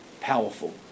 powerful